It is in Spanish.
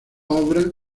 obra